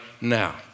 now